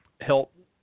help